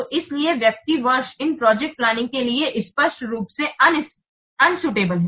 तो इसीलिए व्यक्ति वर्ष इन प्रोजेक्ट प्लानिंग के लिए स्पष्ट रूप से अनुपयुक्त है